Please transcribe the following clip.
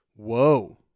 Whoa